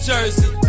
Jersey